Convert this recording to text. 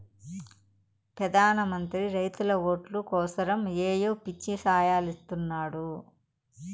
పెదాన మంత్రి రైతుల ఓట్లు కోసరమ్ ఏయో పిచ్చి సాయలిస్తున్నాడు